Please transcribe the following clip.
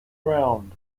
round